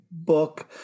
Book